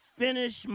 finish